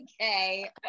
Okay